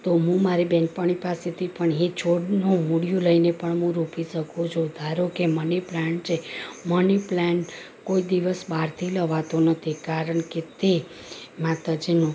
તો હું મારી બહેનપણી પાસેથી પણ એ છોડનું મુળીયું લઈને પણ હું રોપી શકું છું ધારો કે મની પ્લાન્ટ છે મની પ્લાન્ટ કોઈ દિવસ બહારથી લવાતો નથી કારણ કે તે માતાજીનું